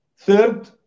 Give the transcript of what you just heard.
Third